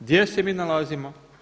Gdje se mi nalazimo?